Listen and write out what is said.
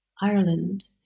Ireland